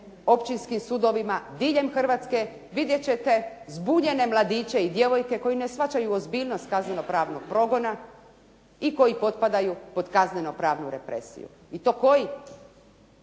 općinskim sudovima diljem Hrvatske vidjet ćete zbunjene mladiće i djevojke koji ne shvaćaju ozbiljnost kazneno pravnog progona i koji potpadaju pod kazneno pravnu represiju i to koji.